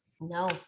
No